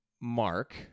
Mark